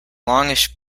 longish